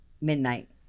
midnight